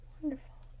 Wonderful